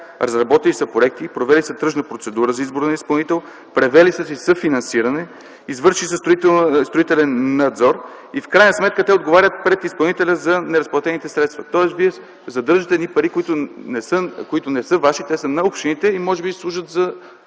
разработили са проекти, провели са тръжна процедура за избор на изпълнител, превели са съфинансиране, извършен е строителен надзор и в крайна сметка те отговарят пред изпълнителя за неразплатените средства. Тоест вие задържате едни пари, които не са ваши, те са на общините и може би служат за